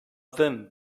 then